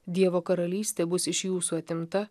dievo karalystė bus iš jūsų atimta